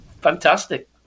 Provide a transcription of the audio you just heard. fantastic